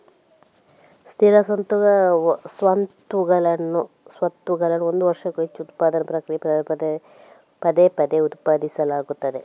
ಸ್ಥಿರ ಸ್ವತ್ತುಗಳನ್ನು ಒಂದು ವರ್ಷಕ್ಕೂ ಹೆಚ್ಚು ಕಾಲ ಉತ್ಪಾದನಾ ಪ್ರಕ್ರಿಯೆಗಳಲ್ಲಿ ಪದೇ ಪದೇ ಉತ್ಪಾದಿಸಲಾಗುತ್ತದೆ